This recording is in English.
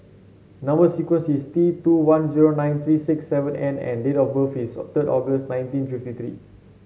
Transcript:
number sequence is T two one zero nine three six seven N and date of birth is third August nineteen fifty three